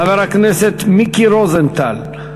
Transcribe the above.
חבר הכנסת מיקי רוזנטל,